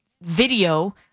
video